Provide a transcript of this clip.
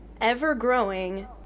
ever-growing